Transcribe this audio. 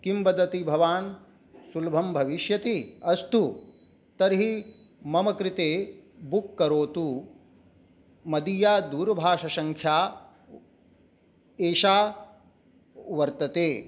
किं वदति भवान् सुलभं भविष्यति अस्तु तर्हि मम कृते बुक् करोतु मदीया दूरभाषसङ्ख्या एषा वर्तते